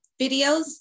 videos